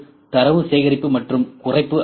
தரவு சேகரிப்பு மற்றும் குறைப்பு அமைப்பு